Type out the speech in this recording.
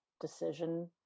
decision